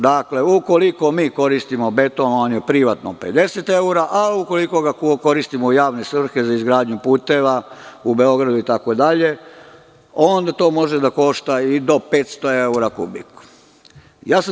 Dakle, ukoliko mi koristimo beton on je privatno 50 evra, a ukoliko ga koristimo u javne svrhe za izgradnju puteva u Beogradu, itd, onda to može da košta i do 500 evra kubik.